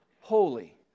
Holy